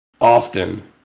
often